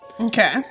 Okay